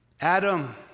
Adam